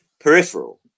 peripheral